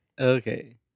Okay